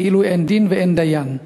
כאילו אין דין ואין דיין,